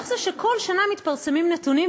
איך זה שכל שנה מתפרסמים נתונים,